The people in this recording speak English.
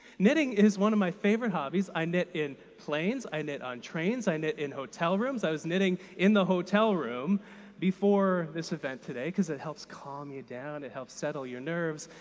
knitting is one of my favorite hobbies i knit in planes, i knit on trains, i knit in hotel rooms. i was knitting in the hotel room before this event today because it helps calm you down, it helps settle your nerves.